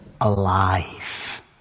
alive